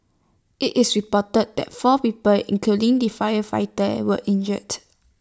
IT is reported that four people including the firefighter were injured